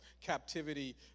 captivity